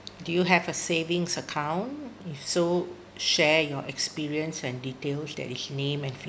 do you have a savings account so share your experience and details that means name and